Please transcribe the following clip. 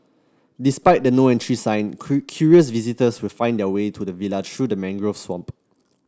despite the No Entry sign curious visitors still find their way to the villa through the mangrove swamp